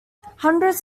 hundreds